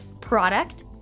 Product